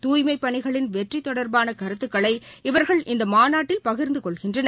தூய்மைப் பணிகளின் வெற்றி தொடர்பான கருத்துக்களை இவர்கள் இந்த மாநாட்டில் பகிர்ந்து கொள்கின்றனர்